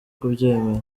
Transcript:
kubyemera